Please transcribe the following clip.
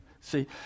See